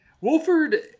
Wolford